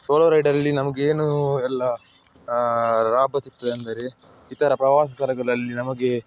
solo ರೈಡಲ್ಲಿ ನಮಗೇನು ಎಲ್ಲ ಲಾಭ ಸಿಗ್ತದೆ ಅಂದರೆ ಇತರೆ ಪ್ರವಾಸ ಸ್ಥಳಗಳಲ್ಲಿ ನಮಗೆ